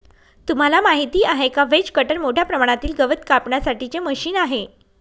तुम्हाला माहिती आहे का? व्हेज कटर मोठ्या प्रमाणातील गवत कापण्यासाठी चे मशीन आहे